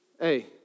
Hey